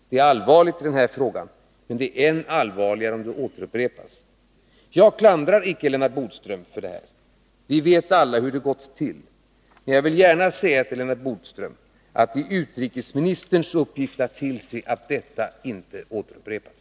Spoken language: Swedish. Det är allvarligt i denna fråga, men det är än allvarligare om det upprepas. Jag klandrar icke Lennart Bodström för detta. Vi vet alla hur det gått till. Men jag vill gärna säga till Lennart Bodström att det är utrikesministerns uppgift att tillse att detta inte upprepas.